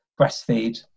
breastfeed